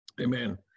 amen